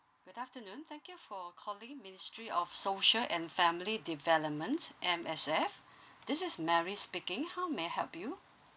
good afternoon thank you for calling ministry of social and family developments M_S_F this is mary speaking how may I help you